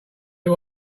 you